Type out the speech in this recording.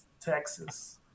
texas